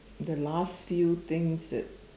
the last few things that